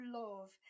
love